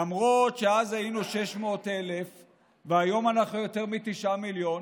למרות שאז היינו 600,000 והיום אנחנו יותר מתשעה מיליון,